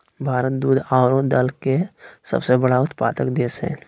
भारत दूध आरो दाल के सबसे बड़ा उत्पादक देश हइ